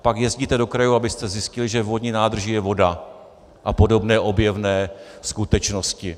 Pak jezdíte do krajů, abyste zjistili, že ve vodní nádrži je voda a podobné objevné skutečnosti.